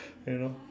you know